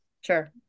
Sure